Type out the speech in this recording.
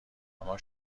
اما